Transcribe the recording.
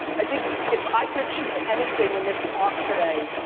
i think if i could achieve anything in this talk today,